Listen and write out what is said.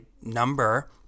number